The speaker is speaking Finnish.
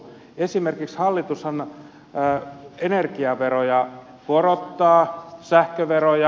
esimerkiksi hallitushan energiaveroja korottaa sähköveroja